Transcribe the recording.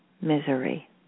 misery